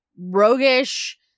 roguish